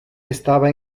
estaba